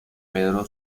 pedro